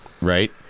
right